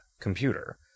computer